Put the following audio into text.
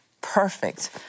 perfect